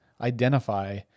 identify